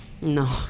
No